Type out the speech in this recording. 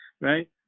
right